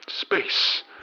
space